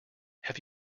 have